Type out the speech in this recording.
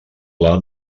pla